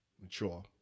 mature